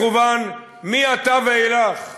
מכוון מעתה ואילך,